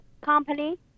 company